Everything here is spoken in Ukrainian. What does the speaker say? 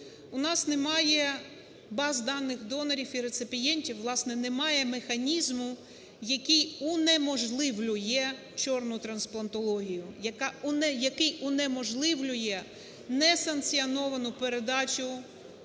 У нас немає баз даних донорів і реципієнтів, власне, немає механізму, який унеможливлює "чорну" трансплантологію, який унеможливлює несанкціоновану передачу